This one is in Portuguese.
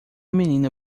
menina